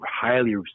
highly